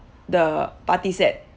the party set